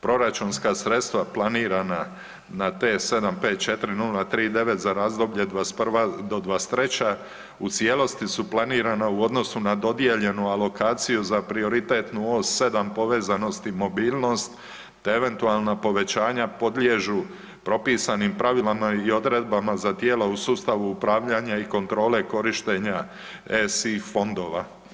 Proračunska sredstva planirana na T754039 za razdoblje '21. do '23. u cijelosti su planirana u odnosu na dodijeljenu alokaciju za prioritetnu OS7 povezanost i mobilnost, te eventualna povećanja podliježu propisanim pravilima i odredbama za tijela u sustavu upravljanja i kontrole korištenja ESI fondova.